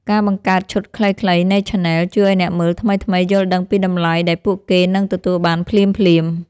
ការបង្កើត ឈុតខ្លីៗ នៃឆានែល ជួយឱ្យអ្នកមើលថ្មីៗយល់ដឹងពីតម្លៃដែលពួកគេនឹងទទួលបានភ្លាមៗ។